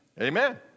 Amen